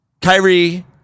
Kyrie